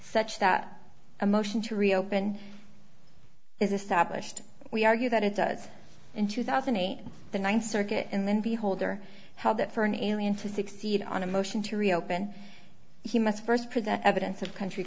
such that a motion to reopen is established we argue that it does in two thousand and eight the ninth circuit and then beholder how that for an alien to succeed on a motion to reopen he must first present evidence of country